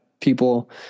people